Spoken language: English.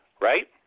right